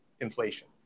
inflation